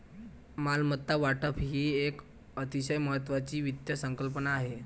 मालमत्ता वाटप ही एक अतिशय महत्वाची वित्त संकल्पना आहे